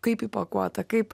kaip įpakuota kaip